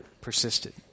persisted